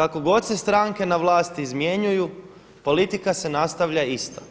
kako god se stranke na vlasti izmjenjuju politika se nastavlja isto.